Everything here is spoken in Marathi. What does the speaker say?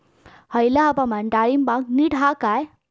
हयला हवामान डाळींबाक नीट हा काय?